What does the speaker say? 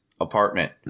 apartment